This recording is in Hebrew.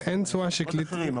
--- אחרים,